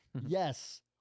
yes